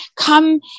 Come